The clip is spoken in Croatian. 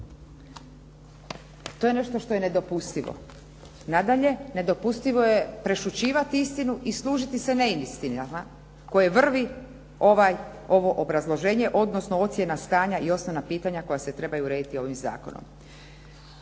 To je nešto što je nedopustivo. Nadalje, nedopustivo je prešućivati istinu i služiti se neistinama kojim vrvi ovo obrazloženje, odnosno ocjena stanja i osnovna pitanja koja se trebaju urediti ovim zakonom